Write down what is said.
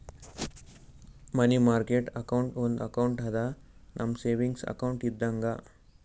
ಮನಿ market account ಒಂದು account ಅದಾ, ನಮ್ ಸೇವಿಂಗ್ಸ್ ಅಕೌಂಟ್ ಇದ್ದಂಗ